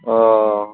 اوہ